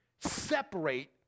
separate